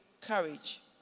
courage